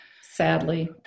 Sadly